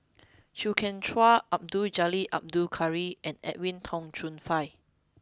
Chew Kheng Chuan Abdul Jalil Abdul Kadir and Edwin Tong Chun Fai